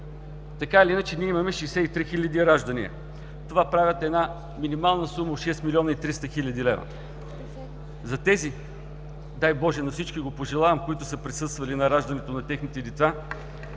Така или иначе имаме 63 хил. раждания. Това прави една минимална сума от 6 млн. 300 хил. лв. Тези – дай Боже, на всички го пожелавам – които са присъствали на раждането на техните деца,